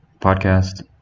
podcast